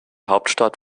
hauptstadt